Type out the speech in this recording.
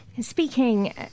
speaking